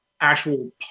actual